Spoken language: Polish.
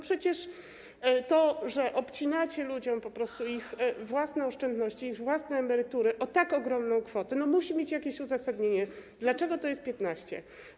Przecież to, że obcinacie ludziom ich własne oszczędności, ich własne emerytury o tak ogromną kwotę, musi mieć jakieś uzasadnienie, dlaczego to jest 15%?